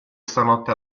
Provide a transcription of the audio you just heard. stanotte